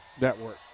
Network